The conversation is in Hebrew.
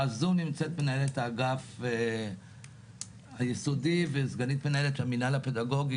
בזום נמצאת מנהלת האגף היסודי וסגנית מנהלת המינהל הפדגוגי,